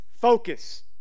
focus